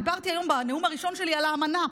דיברתי היום בנאום הראשון שלי על האמנה,